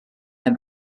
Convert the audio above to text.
ein